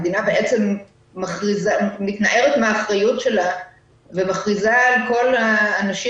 המדינה בעצם מתנערת מן האחריות שלה ומכריזה על כל האנשים